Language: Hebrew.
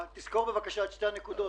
תזכור בבקשה את שתי הנקודות.